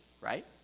right